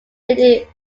lady